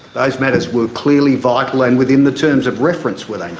those matters were clearly vital and within the terms of reference, were